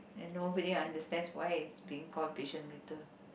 and nobody understand why it's being called patient Rita